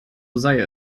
sei